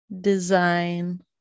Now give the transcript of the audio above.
design